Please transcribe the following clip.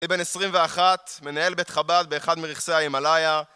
ובן עשרים ואחת מנהל בית חב"ד באחד מרכזי הימלאיה